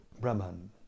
brahman